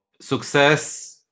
success